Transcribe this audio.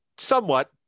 somewhat